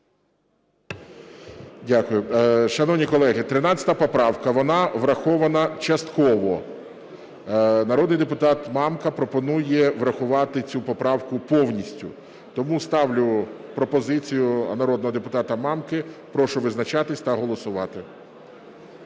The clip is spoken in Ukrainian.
Дякую. Шановні колеги, 13 поправка - вона врахована частково, народний депутат Мамка пропонує врахувати цю поправку повністю. Тому ставлю пропозицію народного депутата Мамки, прошу визначатись та голосувати.